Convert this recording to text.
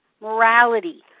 morality